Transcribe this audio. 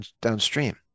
downstream